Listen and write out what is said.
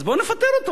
אז בואו נפטר אותו,